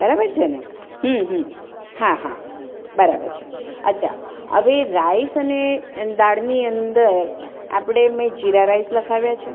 બરાબર છે ને હમ હમ હા હા બરાબર છે અચ્છા હવે રાઈસ અને એ દાળની અંદર આપણે મેં જીરા રાઈસ લખાવ્યા છે